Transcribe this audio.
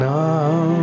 now